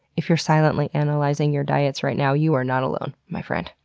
if you're silently analyzing your diets right now you are not alone, my friend.